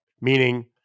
meaning